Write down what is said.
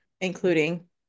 including